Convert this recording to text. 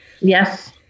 Yes